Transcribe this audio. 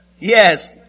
Yes